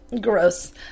gross